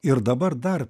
ir dabar dar